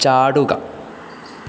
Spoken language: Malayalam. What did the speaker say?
ചാടുക